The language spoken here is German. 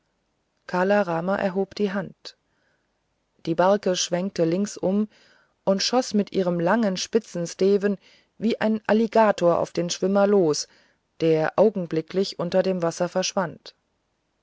kala rama erhob die hand die barke schwenkte links um und schoß mit ihrem langen spitzen steven wie ein alligator auf den schwimmer los der augenblicklich unter dem wasser verschwand